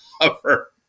cover